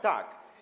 Tak.